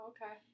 Okay